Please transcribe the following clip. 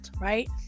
Right